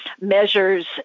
measures